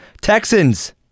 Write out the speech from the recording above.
Texans